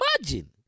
Imagine